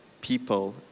people